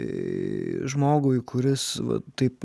žmogui kuris taip